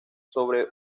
sobre